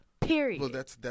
Period